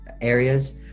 areas